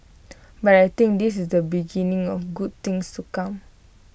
but I think this is the beginning of good things to come